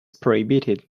prohibited